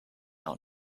out